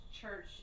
church